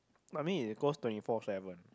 I mean it close twenty four seven